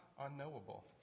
unknowable